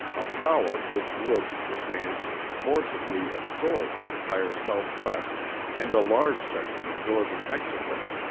a power which would, perchance, forcibly absorb the entire southwest and a large section of northern mexico.